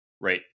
right